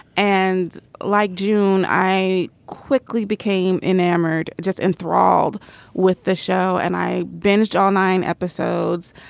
and like june i quickly became enamored just enthralled with the show and i binged all nine episodes.